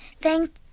Thank